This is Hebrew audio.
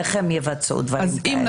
איך הם יבצעו דברים כאלה?